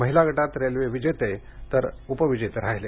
महिला गटाता रेल्वे विजेते तर उपिवेजेते राहिले